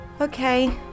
Okay